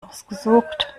ausgesucht